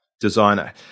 designer